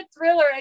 thriller